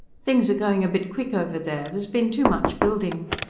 things are going a bit quick over there. there's been too much building.